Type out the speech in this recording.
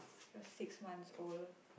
cause six months old